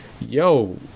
yo